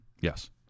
Yes